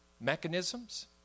mechanisms